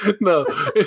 No